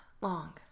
long